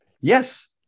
Yes